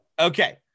Okay